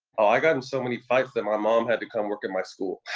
i got in so many fights that my mom had to come work at my school.